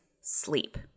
sleep